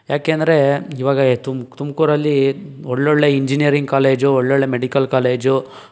ಯಾಕೆಂದ್ರೆ ಈವಾಗ ತುಮಕೂರಲ್ಲಿ ಒಳ್ಳೊಳ್ಳೆ ಇಂಜಿನೀಯರಿಂಗ್ ಕಾಲೇಜು ಒಳ್ಳೊಳ್ಳೆ ಮೆಡಿಕಲ್ ಕಾಲೇಜು